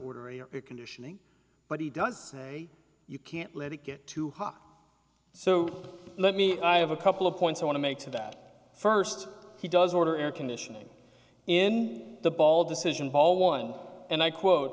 order it conditioning but he does say you can't let it get too hot so let me i have a couple of points i want to make to that first he does order air conditioning and the ball decision ball while and i quote